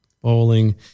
bowling